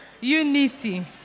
unity